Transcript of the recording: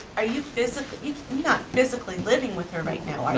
are you physically, you're not physically living with her right now?